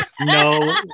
no